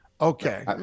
Okay